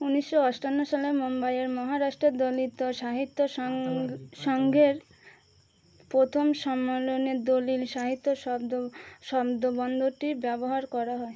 উনিশশো আটান্ন সালে মুম্বইয়ের মহারাষ্ট্র দলিত সাহিত্য সং সংঘের প্রথম সম্মেলনে দলিল সাহিত্য শব্দ শব্দবন্ধটি ব্যবহার করা হয়